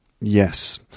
Yes